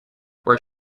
where